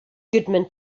goodman